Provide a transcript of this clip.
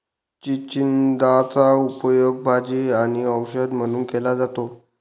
चिचिंदाचा उपयोग भाजी आणि औषध म्हणून केला जातो